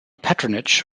patronage